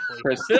Chris